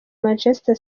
manchester